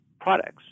products